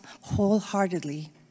wholeheartedly